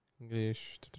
English